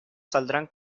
saldrán